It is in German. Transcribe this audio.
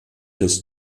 des